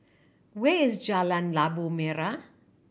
where is Jalan Labu Merah